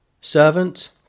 servant